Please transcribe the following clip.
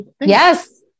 Yes